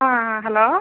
ആ ആ ഹലോ